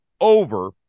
over